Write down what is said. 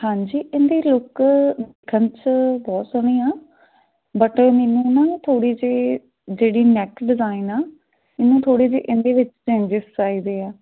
ਹਾਂਜੀ ਇਹਦੀ ਲੁੱਕ ਖਨਸ ਬਹੁਤ ਸੋਹਣੀ ਆ ਬਟ ਮੈਨੂੰ ਨਾ ਥੋੜ੍ਹੀ ਜਿਹੀ ਜਿਹੜੀ ਨੈੱਕ ਡਿਜ਼ਾਇਨ ਆ ਇਹਨੂੰ ਥੋੜ੍ਹੀ ਜਿਹੀ ਇਹਦੇ ਵਿੱਚ ਚੇਂਜਿਸ ਚਾਹੀਦੇ ਹੈ